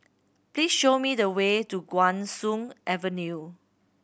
please show me the way to Guan Soon Avenue